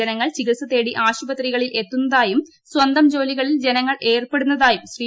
ജനങ്ങൾ ചികിത്സ തേടി ആശുപത്രികളിൽ എത്തുന്നതായും സ്വന്തം ജോലികളിൽ ജനങ്ങൾ ഏർപ്പെടുന്നതായും ശ്രീ